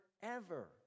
forever